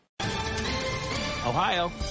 Ohio